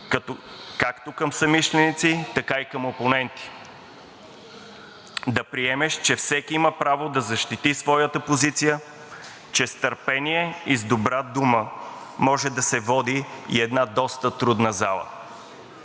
както към съмишленици, така и към опоненти, да приемеш, че всеки има право да защити своята позиция, че с търпение и с добра дума може да се води и една доста трудна зала.